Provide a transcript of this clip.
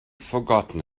forgotten